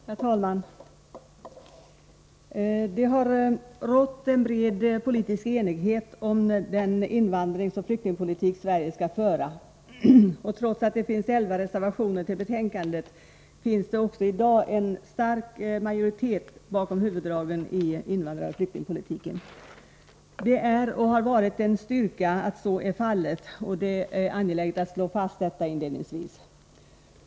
Herr talman! Det har rått bred politisk enighet om den invandringsoch flyktingpolitik Sverige skall föra. Trots att det finns elva reservationer till betänkandet, finns det också i dag en stark majoritet bakom huvuddragen i invandraroch flyktingpolitiken. Det är och har varit en styrka att så är fallet, och det är angeläget att slå fast detta inledningsvis.